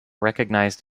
recognized